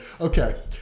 Okay